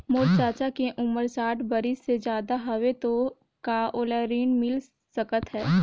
मोर चाचा के उमर साठ बरिस से ज्यादा हवे तो का ओला ऋण मिल सकत हे?